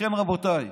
לכן, רבותיי,